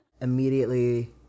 immediately